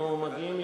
אנחנו מגיעים,